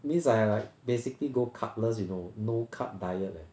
means I like basically go carbless you know no carb diet leh